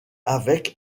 avec